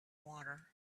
water